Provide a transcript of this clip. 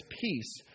peace